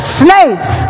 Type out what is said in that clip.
slaves